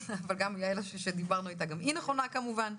אבל גם יעל שדיברנו איתה היא נכונה כמובן,